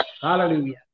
hallelujah